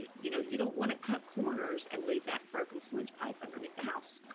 you know, you don't want to cut corners and leave that broken sewage pipe underneath the house.